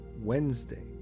Wednesday